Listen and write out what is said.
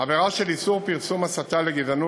עבירה של איסור פרסום הסתה לגזענות,